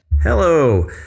Hello